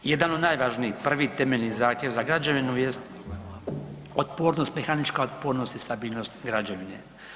Jedan od najvažnijih, prvi temeljni zahtjev za građevinu jest otpornost, mehanička otpornost i stabilnost građevine.